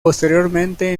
posteriormente